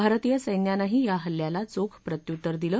भारतीय सैन्यानंही या हल्ल्याला चोख प्रत्युत्तर दिलं